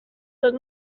tot